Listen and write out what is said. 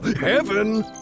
Heaven